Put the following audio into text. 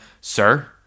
sir